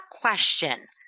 question